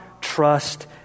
trust